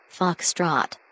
Foxtrot